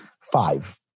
Five